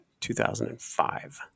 2005